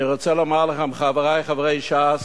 אני רוצה לומר לכם, חברי חברי ש"ס,